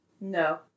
no